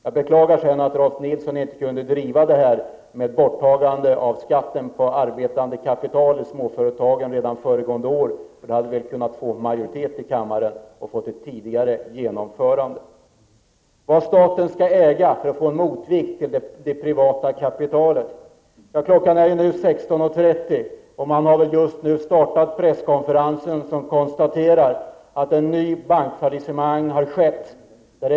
Jag beklagar att Rolf Nilson inte kunde driva frågan om borttagande av skatt på arbetande kapital i småföretagen redan föregående år. Då hade det kunnat bli majoritet i kammaren för ett tidigare genomförande. Vidare har vi frågan om vad staten skall äga för att få en motvikt till det privata kapitalet. Klockan är nu 16.30, och nu har förmodligen presskonferensen just startat där man skall konstatera att ett nytt bankfallisemang har skett.